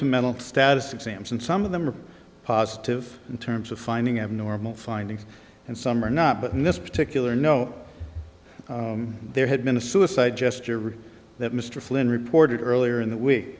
to mental status exams and some of them are positive in terms of finding abnormal findings and some are not but in this particular no there had been a suicide gesture that mr flynn reported earlier in the week